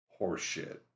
horseshit